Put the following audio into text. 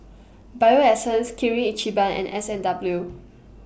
Bio Essence Kirin Ichiban and S and W